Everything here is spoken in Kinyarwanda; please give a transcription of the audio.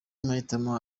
mahitamo